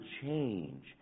change